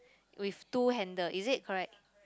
with two handle is it correct